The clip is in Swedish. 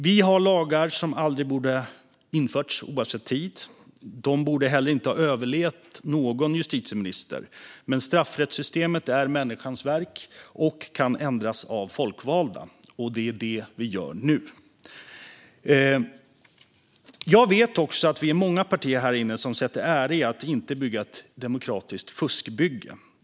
Vi har lagar som aldrig borde ha införts oavsett tid. De borde inte heller ha överlevt någon justitieminister. Men straffrättssystemet är människans verk och kan ändras av folkvalda. Och det är det som vi gör nu. Jag vet också att vi är många partier här inne som sätter en ära i att inte bygga ett demokratiskt fuskbygge.